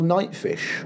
Nightfish